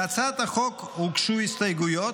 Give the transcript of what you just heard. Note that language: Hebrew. להצעת החוק הוגשו הסתייגויות.